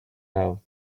out